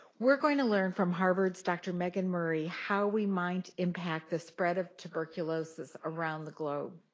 we're going to learn from harvard's dr. megan murray how we might impact the spread of tuberculosis around the globe.